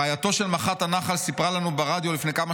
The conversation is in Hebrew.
"רעייתו של מח"ט הנח"ל סיפרה לנו ברדיו לפני כמה